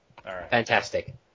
fantastic